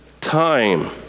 time